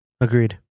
Agreed